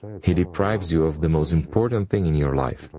he deprives you of the most important thing in your life.